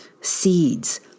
seeds